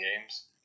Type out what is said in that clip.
games